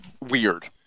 weird